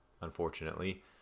unfortunately